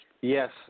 Yes